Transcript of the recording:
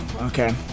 okay